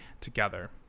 together